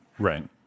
Right